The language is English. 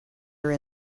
were